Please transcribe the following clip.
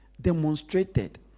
demonstrated